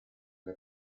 del